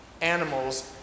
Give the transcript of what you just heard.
animals